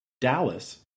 Dallas